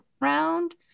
round